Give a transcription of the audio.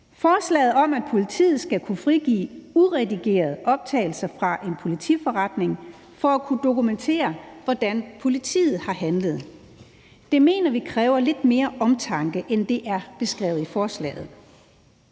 Forslaget om, at politiet skal kunne frigive uredigerede optagelser fra en politiforretning for at kunne dokumentere, hvordan politiet har handlet, mener vi kræver lidt mere omtanke, end hvad der er beskrevet i forslaget.